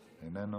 איננו,